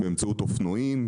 באמצעות אופנועים,